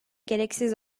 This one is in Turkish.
gereksiz